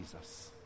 Jesus